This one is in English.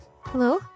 Hello